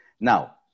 Now